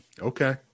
Okay